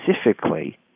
specifically